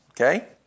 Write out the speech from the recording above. Okay